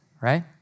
right